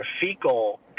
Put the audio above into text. fecal